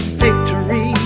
victory